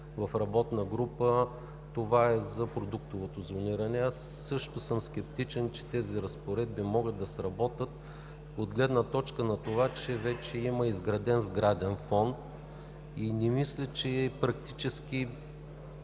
в работната група, за продуктовото зониране. Аз също съм скептичен, че тези разпоредби могат да сработят от гледна точка на това, че вече има изграден сграден фонд и не мисля, че практически